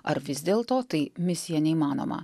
ar vis dėlto tai misija neįmanoma